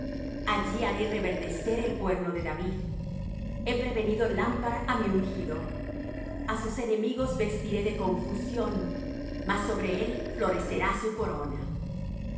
allí haré reverdecer el cuerno de david he prevenido lámpara á mi ungido a sus enemigos vestiré de confusión mas sobre él florecerá su corona